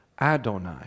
Adonai